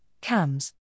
CAMs